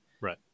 right